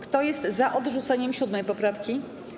Kto jest za odrzuceniem 7. poprawki?